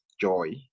joy